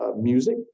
music